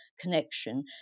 connection